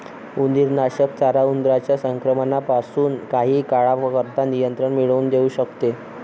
उंदीरनाशक चारा उंदरांच्या संक्रमणापासून काही काळाकरता नियंत्रण मिळवून देऊ शकते